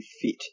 fit